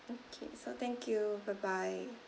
okay so thank you bye bye